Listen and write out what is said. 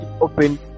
open